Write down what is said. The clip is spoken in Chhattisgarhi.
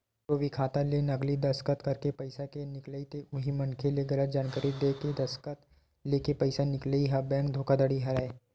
कखरो भी खाता ले नकली दस्कत करके पइसा के निकलई ते उही मनखे ले गलत जानकारी देय के दस्कत लेके पइसा निकलई ह बेंक धोखाघड़ी हरय